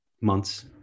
months